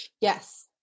yes